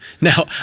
Now